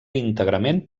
íntegrament